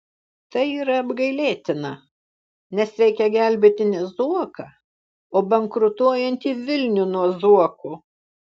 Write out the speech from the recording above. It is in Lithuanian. tai yra apgailėtina nes reikia gelbėti ne zuoką o bankrutuojantį vilnių nuo zuoko